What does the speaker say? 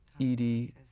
Edie